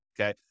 okay